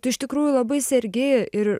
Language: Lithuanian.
tu iš tikrųjų labai sergi ir